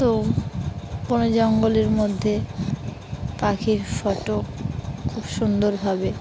তো কোনো জঙ্গলের মধ্যে পাখির ফটো খুব সুন্দরভাবে